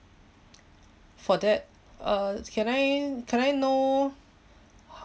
for that uh can I can I know